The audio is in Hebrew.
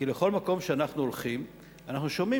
כי לכל מקום שאנחנו הולכים אנחנו שומעים